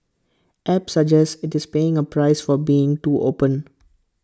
app suggests IT is paying A price for being too open